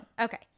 Okay